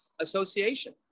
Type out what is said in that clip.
association